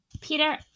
Peter